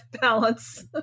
balance